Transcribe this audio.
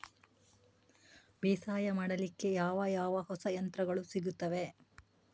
ಬೇಸಾಯ ಮಾಡಲಿಕ್ಕೆ ಯಾವ ಯಾವ ಹೊಸ ಯಂತ್ರಗಳು ಸಿಗುತ್ತವೆ?